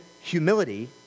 humility